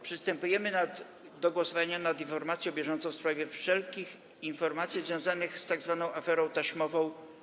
Przystępujemy do głosowania nad informacją bieżącą w sprawie wszelkich informacji związanych z tzw. aferą taśmową.